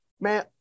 Man